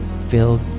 filled